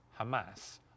Hamas